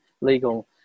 legal